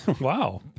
wow